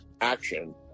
action